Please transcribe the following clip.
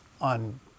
on